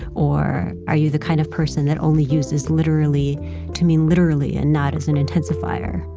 or are you the kind of person that only uses literally to mean literally and not as an intensifier?